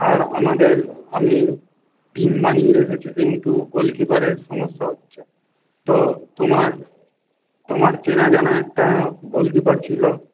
আর আমাদের আমি টিম বানিয়ে রেখেছি কিন্তু গোলকিপারের সমস্যা হচ্ছে তো তোমার তোমার চেনা জানা একটা গোলকিপার ছিল